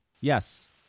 Yes